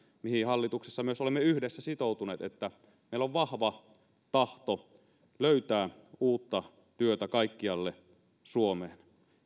mihin hallituksessa olemme myös yhdessä sitoutuneet että meillä on vahva tahto löytää uutta työtä kaikkialle suomeen